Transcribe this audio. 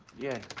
yeah,